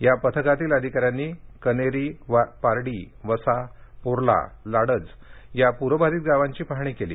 या पथकांतील अधिकाऱ्यांनी कनेरी पारडी वसा पोर्ला लाडज या प्रबाधित गावांची पाहणी केली